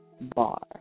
bar